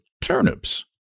turnips